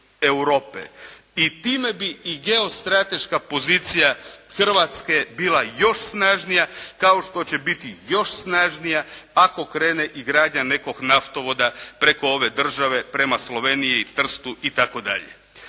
i time bi i geostrateška pozicija Hrvatske bila još snažnija kao što će biti još snažnija ako krene i gradnja nekog naftovoda preko ove države prema Sloveniji i Trstu itd.